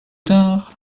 tard